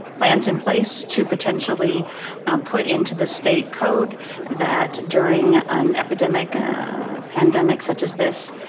plans in place to potentially um put into the state code that during an epidemic pandemic such as this,